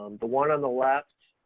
the one on the left,